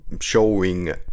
showing